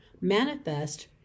manifest